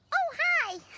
oh hi.